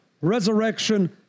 resurrection